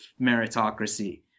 meritocracy